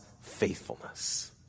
faithfulness